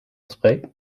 spray